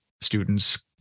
students